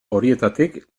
horietarik